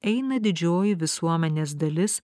eina didžioji visuomenės dalis